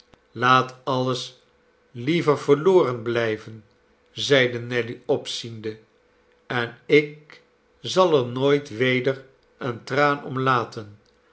laat alles liever verloren blijven zeide nelly opziende en ik zal er nooit weder een traan om laten